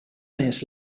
més